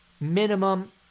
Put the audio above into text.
minimum